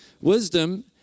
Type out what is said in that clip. Wisdom